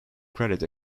credit